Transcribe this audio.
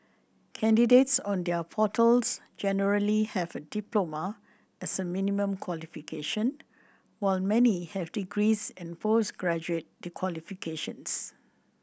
candidates on their portals generally have a diploma as a minimum qualification while many have degrees and post graduate qualifications